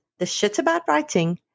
theshitaboutwriting